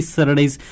Saturdays